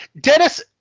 Dennis